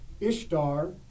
Ishtar